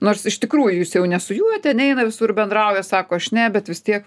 nors iš tikrųjų jis jau ne su juo ten eina visur bendrauja sako aš ne bet vis tiek